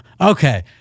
Okay